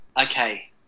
Okay